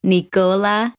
Nicola